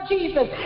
Jesus